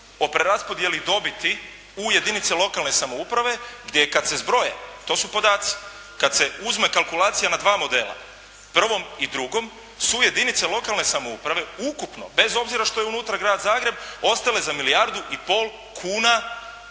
o preraspodjeli dobiti u jedinice lokalne samouprave gdje je kada se zbroje, to su podaci, kada se uzme kalkulacija na dva modela, prvom i drugom, su jedinice lokalne samouprave ukupno bez obzira što je unutra Grad Zagreb, ostale za milijardu i pol kuna